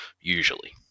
usually